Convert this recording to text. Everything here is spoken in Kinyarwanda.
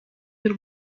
y’u